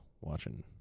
watching